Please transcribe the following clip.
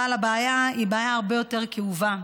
אבל הבעיה היא בעיה הרבה יותר כאובה.